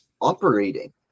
operating